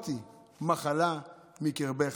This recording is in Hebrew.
והסרתי מחלה מקרבך".